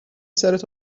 سرت